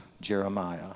Jeremiah